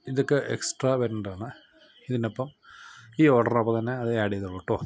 ഇതൊക്കെ എക്സ്ട്ര വരണ്ടേതാണ് ഇതിനൊപ്പം ഈ ഓർഡറിനൊപ്പം തന്നെ അത് ഏഡ്ഡ് ചെയ്തോളൂ കേട്ടോ